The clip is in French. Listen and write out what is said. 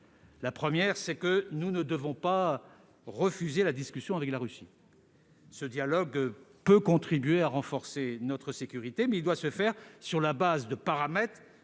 Premièrement, nous ne devons pas refuser la discussion avec la Russie. Ce dialogue peut contribuer à renforcer notre sécurité, mais il doit se faire sur la base de paramètres